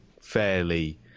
fairly